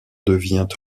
devient